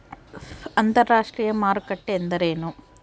ಅಂತರಾಷ್ಟ್ರೇಯ ಮಾರುಕಟ್ಟೆ ಎಂದರೇನು?